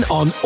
on